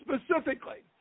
Specifically